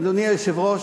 אדוני היושב-ראש.